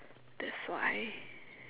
that's why